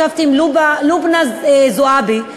ישבתי עם לובנא זועבי,